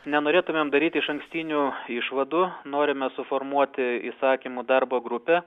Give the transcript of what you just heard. nenorėtumėm daryti išankstinių išvadų norime suformuoti įsakymų darbo grupę